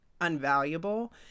unvaluable